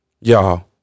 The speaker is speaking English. Y'all